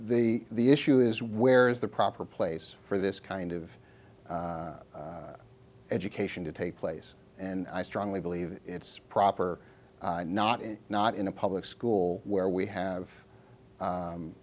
the the issue is where is the proper place for this kind of education to take place and i strongly believe it's proper not in not in a public school where we have